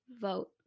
vote